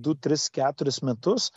du tris keturis metus